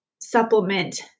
supplement